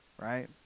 Right